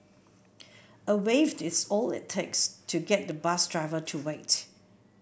a wave is all it takes to get the bus driver to wait